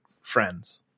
friends